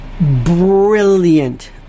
Brilliant